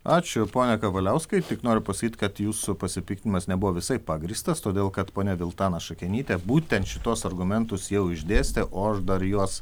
ačiū pone kavaliauskai tik noriu pasakyt kad jūsų pasipiktinimas nebuvo visai pagrįstas todėl kad ponia viltana šakenytė būtent šituos argumentus jau išdėstė o aš dar juos